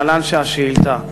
להלן השאילתה: